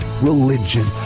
religion